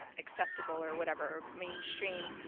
acceptable or whatever, mainstream.